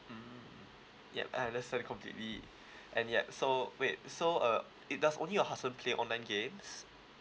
mm yup I understand completely and yup so wait so uh it does only your husband play online games